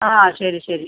ആ ശരി ശരി